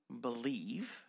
believe